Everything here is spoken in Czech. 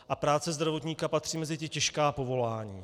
A práce zdravotníka patří mezi ta těžká povolání.